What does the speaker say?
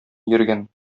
йөргән